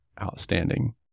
outstanding